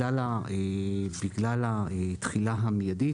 בגלל התחילה המיידית,